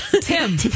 Tim